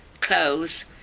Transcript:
clothes